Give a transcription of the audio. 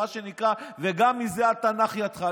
מה שנקרא וגם מזה אל תנח ידך,